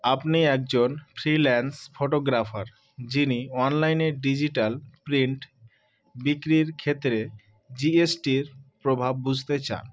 আপনি একজন freelance photographer যিনি অনলাইনে ডিজিটাল প্রিন্ট বিক্রির ক্ষেত্রে জি এস টির প্রভাব বুঝতে চান